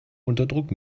unterdruck